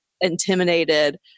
intimidated